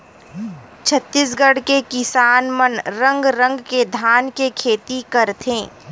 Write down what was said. छत्तीसगढ़ के किसान मन रंग रंग के धान के खेती करथे